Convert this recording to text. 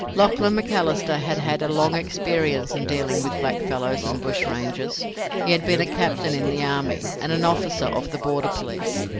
lachlan macalister had had a long experience in dealing with blackfellows and bushrangers he had been a captain in the army, and an officer of the border police.